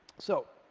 so